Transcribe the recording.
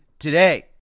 today